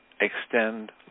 extend